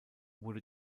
wurde